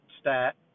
stat